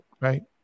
right